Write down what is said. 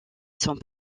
sont